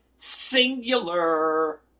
Singular